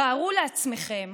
תארו לעצמכם